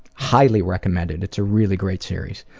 highly recommend it, it's a really great series.